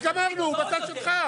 שברובה היא הטבה כלכלית.